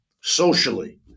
socially